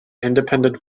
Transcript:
independent